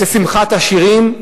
זה שמחת עשירים,